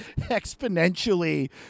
exponentially